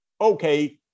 okay